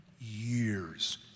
years